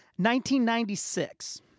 1996